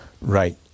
Right